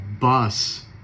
bus